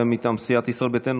מטעם סיעת ישראל ביתנו,